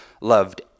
loved